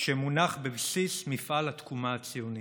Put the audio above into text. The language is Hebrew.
שמונח בבסיס מפעל התקומה הציוני.